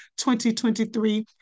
2023